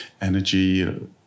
energy